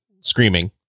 screaming